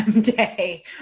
day